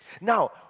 Now